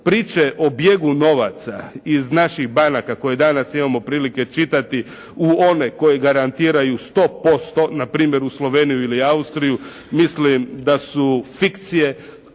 Priče o bijegu novaca iz naših banaka koje danas imamo prilike čitati u one koje garantiraju 100% na primjer u Sloveniju ili Austriju mislim da su fikcije.